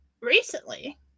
recently